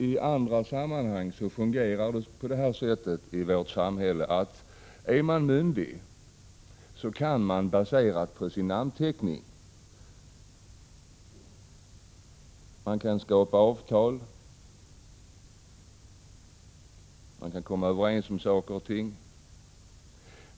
I andra sammanhang fungerar det på det här sättet i vårt samhälle, att är man myndig kan man, baserat på sin namnteckning, skapa avtal och komma överens om saker och ting.